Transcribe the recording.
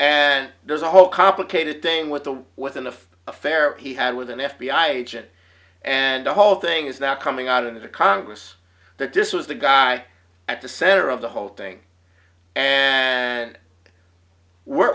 and there's a whole complicated thing with the within the affair he had with an f b i agent and the whole thing is now coming out into congress that this was the guy at the center of the whole thing and we're